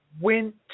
went